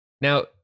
Now